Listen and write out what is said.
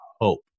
hope